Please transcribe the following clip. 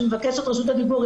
שמבקש את רשות הדיבור,